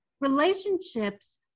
Relationships